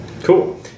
Cool